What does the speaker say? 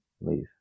leave